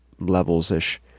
levels-ish